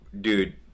dude